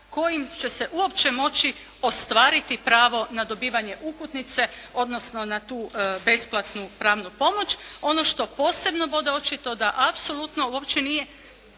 kojim će se uopće moći ostvariti pravo na dobivanje uputnice, odnosno na tu besplatnu pravnu pomoć. Ono što posebno bode oči, to da apsolutno uopće nije